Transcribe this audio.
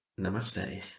namaste